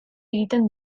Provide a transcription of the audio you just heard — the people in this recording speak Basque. egiten